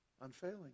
unfailing